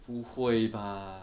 不会吧